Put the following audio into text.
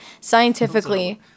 scientifically